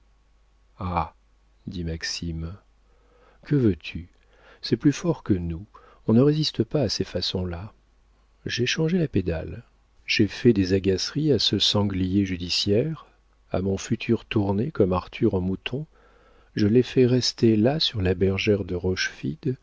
maxime que veux-tu c'est plus fort que nous on ne résiste pas à ces façons là j'ai changé la pédale j'ai fait des agaceries à ce sanglier judiciaire à mon futur tourné comme arthur en mouton je l'ai fait rester là sur la bergère de rochefide